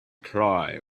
cry